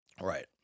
Right